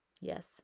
Yes